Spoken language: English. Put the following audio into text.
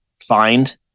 find